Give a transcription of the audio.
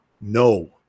no